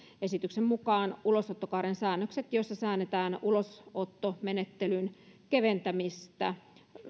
esityksen mukaan ulosottokaaren säännökset joissa säädetään ulosottomenettelyn keventämistä